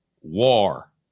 war